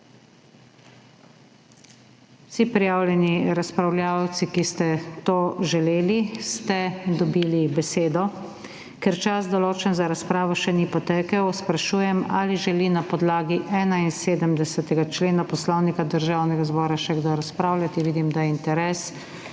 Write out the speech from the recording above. Vsi prijavljeni razpravljavci, ki ste to želeli, ste dobili besedo. Ker čas, določen za razpravo, še ni potekel, sprašujem, ali želi na podlagi 71. člena Poslovnika Državnega zbora še kdo razpravljati? (Da.) Vidim, da je interes.